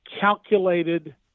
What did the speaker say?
calculated